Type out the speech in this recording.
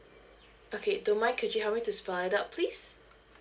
okay don't mind could you help me to spell it out please